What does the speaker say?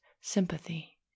sympathy